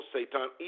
Satan